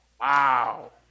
Wow